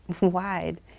wide